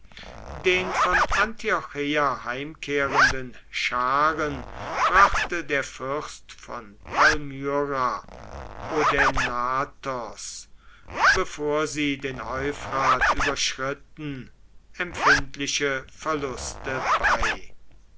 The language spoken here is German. den von antiocheia heimkehrenden scharen brachte der fürst von palmyra odaenathos bevor sie den euphrat überschritten empfindliche verluste bei